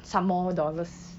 some more dollars